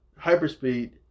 hyperspeed